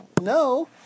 No